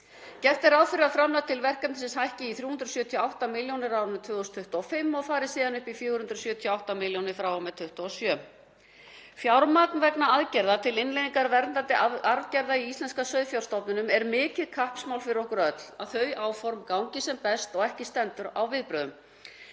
Gert er ráð fyrir að framlag til verkefnisins hækki í 378 millj. kr. á árinu 2025 og fari síðan upp í 478 millj. kr. frá og með 2027. Fjármagn er veitt vegna aðgerða til innleiðingar verndandi arfgerða í íslenska sauðfjárstofninn og er mikið kappsmál fyrir okkur öll að þau áform gangi sem best og ekki stendur á viðbrögðum.